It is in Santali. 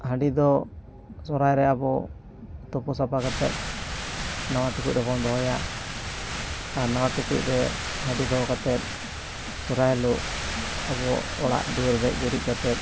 ᱦᱟᱺᱰᱤ ᱫᱚ ᱟᱵᱚ ᱥᱚᱦᱚᱨᱟᱭ ᱨᱮ ᱟᱵᱚ ᱛᱳᱯᱳ ᱥᱟᱯᱷᱟ ᱠᱟᱛᱮᱫ ᱱᱟᱣᱟ ᱴᱩᱠᱩᱡ ᱨᱮᱵᱚᱱ ᱫᱚᱦᱚᱭᱟ ᱟᱨ ᱱᱟᱣᱟ ᱴᱩᱠᱩᱡ ᱨᱮ ᱦᱟᱺᱰᱤ ᱫᱚᱦᱚ ᱠᱟᱛᱮᱫ ᱥᱚᱦᱚᱨᱟᱭ ᱦᱤᱞᱳᱜ ᱟᱵᱚ ᱚᱲᱟᱜ ᱫᱩᱣᱟᱹᱨ ᱜᱮᱡ ᱜᱩᱨᱤᱡ ᱠᱟᱛᱮᱫ